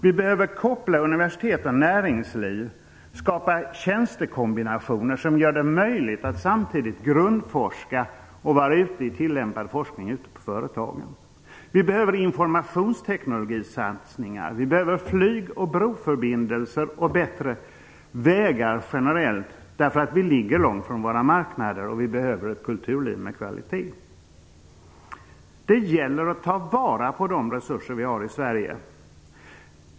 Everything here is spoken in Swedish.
Vi behöver koppla universiteten till näringslivet, skapa tjänstekombinationer som gör det möjligt att samtidigt grundforska och vara ute i tilllämpad forskning ute på företagen. Vi behöver informationsteknologisatsningar. Vi behöver flyg och broförbindelser och bättre vägar generellt, därför att vi ligger långt från våra marknader och därför att vi behöver ett kulturliv med kvalitet. Det gäller att ta vara på de resurser vi har i Sverige.